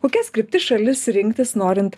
kokias kryptis šalis rinktis norint